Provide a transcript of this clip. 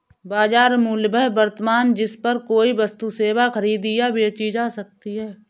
बाजार मूल्य वह वर्तमान जिस पर कोई वस्तु सेवा खरीदी या बेची जा सकती है